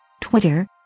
Twitter